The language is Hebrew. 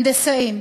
הנדסאים,